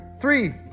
three